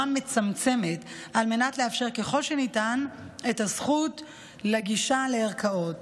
מצמצמת על מנת לאפשר ככל שניתן את זכות הגישה לערכאות.